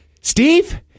Steve